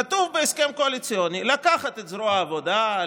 כתוב בהסכם קואליציוני לקחת את זרוע העבודה,